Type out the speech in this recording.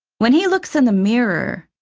when he looks in the mirror,